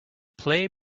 play